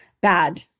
bad